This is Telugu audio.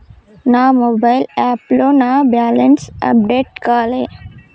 నా మొబైల్ యాప్లో నా బ్యాలెన్స్ అప్డేట్ కాలే